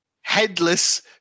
headless